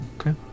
Okay